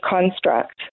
construct